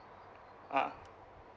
ah